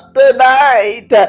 tonight